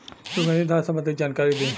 सुगंधित धान संबंधित जानकारी दी?